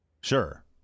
Sure